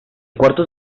cuartos